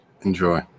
Enjoy